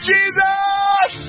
Jesus